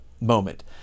moment